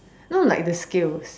no like the scales